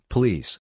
Please